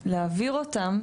ולהעביר אותן,